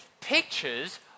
pictures